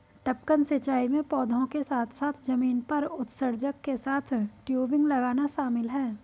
टपकन सिंचाई में पौधों के साथ साथ जमीन पर उत्सर्जक के साथ टयूबिंग लगाना शामिल है